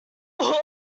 oops